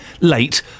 late